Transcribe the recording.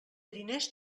diners